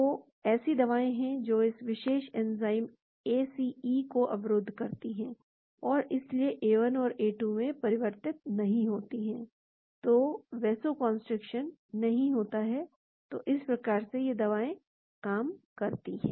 तो ऐसी दवाएं हैं जो इस विशेष एंजाइम ACE को अवरुद्ध करती हैं और इसलिए A1 A2 में परिवर्तित नहीं होता है तो वैसोकन्स्ट्रिक्शन नहीं होता है तो इस प्रकार से ये दवाएं काम करती हैं